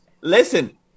listen